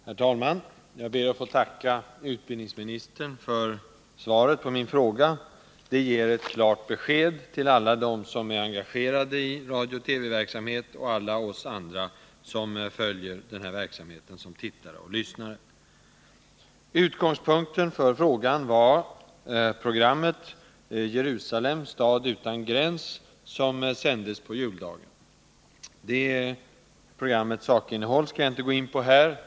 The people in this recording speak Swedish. Herr talman! Jag ber att få tacka utbildningsministern för svaret på min fråga. Det ger ett klart besked till alla dem som är engagerade i radiooch TV-verksamhet och alla oss andra som följer den verksamheten som tittare och lyssnare. Utgångspunkten för frågan var programmet Jerusalem — stad utan gräns, som sändes på juldagen. Programmets sakinnehåll skall jag inte gå in på här.